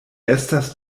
estas